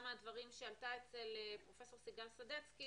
גם מהדברים שעלו אצל פרופסור סיגל סדצקי